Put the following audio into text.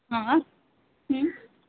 हां